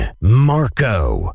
Marco